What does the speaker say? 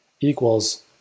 equals